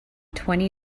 twenty